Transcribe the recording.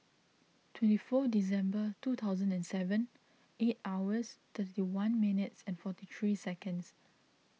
twenty four December two thousand and seven eight hours thirty one minutes and forty three seconds